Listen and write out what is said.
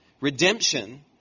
Redemption